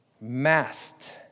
masked